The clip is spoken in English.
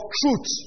truth